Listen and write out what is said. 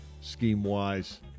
scheme-wise